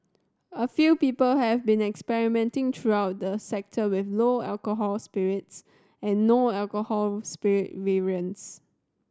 a few people have been experimenting throughout the sector with lower alcohol spirits and no alcohol spirit variants